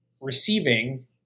receiving